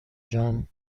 جان